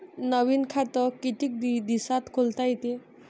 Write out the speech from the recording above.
नवीन खात कितीक दिसात खोलता येते?